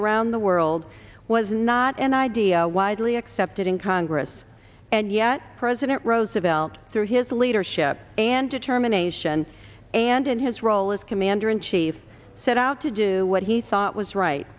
around the world was not an idea widely accepted in congress and yet president roosevelt through his leadership and determination and in his role as commander in chief set out to do what he thought was right